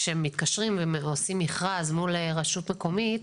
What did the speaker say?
כשמתקשרים ועושים מכרז מול רשות מקומית,